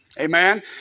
Amen